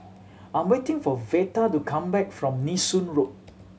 I waiting for Veta to come back from Nee Soon Road